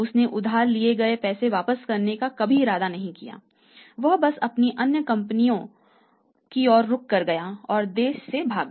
उसने उधार लिए गए पैसे वापस करने का कभी इरादा नहीं किया वह बस अपनी अन्य फर्मों की ओर रुख कर गया और देश से भाग गया